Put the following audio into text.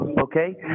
Okay